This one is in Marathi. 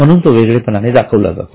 म्हणून तो वेगळे पणाने दाखवला जातो